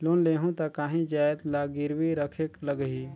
Loan लेहूं ता काहीं जाएत ला गिरवी रखेक लगही?